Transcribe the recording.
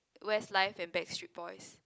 Westlife and Backstreet Boys